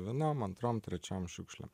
vienom antrom trečiom šiukšlėm